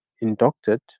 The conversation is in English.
inducted